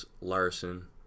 Larson